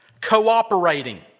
cooperating